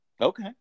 Okay